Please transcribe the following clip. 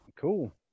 cool